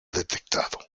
detectado